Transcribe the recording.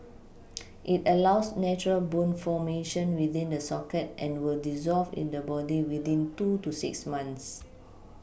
it allows natural bone formation within the socket and will dissolve in the body within two to six months